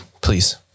please